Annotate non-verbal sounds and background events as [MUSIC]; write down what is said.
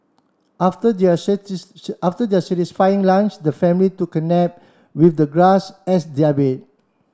after their [UNINTELLIGIBLE] after their satisfying lunch the family took a nap with the grass as their bed